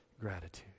gratitude